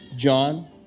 John